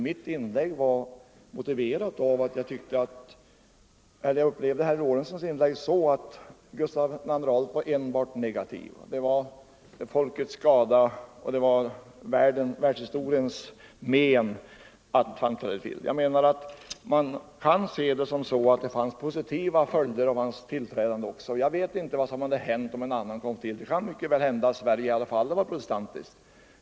Mitt inlägg motiverades emellertid av att jag upplevde herr Lorentzons — Allmänna flaggdainlägg så att han hade en enbart negativ syn på Gustav II Adolf — det — gar var till skada för folket och till men för världshistorien att han trädde till. Jag menar att man kan se även positiva följder av hans tillträde. Jag vet inte vad som hade hänt om någon annan hade kommit till makten. Det kan mycket väl hända att Sverige i alla fall hade varit protestantiskt.